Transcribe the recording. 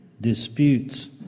disputes